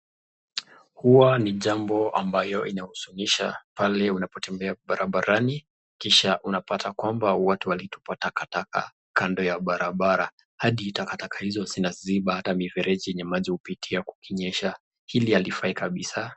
Huwa ni jambo ambayo inahuzunisha pale unapotembea barabarani kisha unapata watu walitupa takataka kando ya barabara hadi takataka hizo zinaziba hata mifereji yenye maji hupitia kukinyesha, hili halifai kabisa.